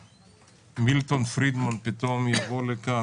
מילטון פרידמן פתאום יבוא לכאן,